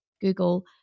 Google